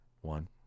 One